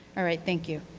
alright. thank you.